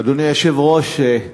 אדוני היושב-ראש,